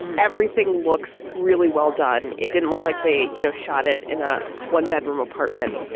everything looks really well done. it didn't look like they you know shot it in a one bedroom apartment